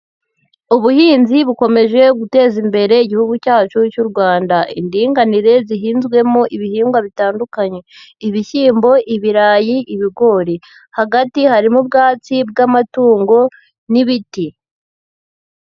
Ubuhinzi bukomeje guteza imbere igihugu cyacu cy'u Rwanda, indinganire zihinzwemo ibihingwa bitandukanye ibishyimbo, ibirayi, ibigori, hagati harimo ubwatsi bw'amatungo n'ibiti.